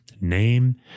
name